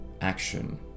action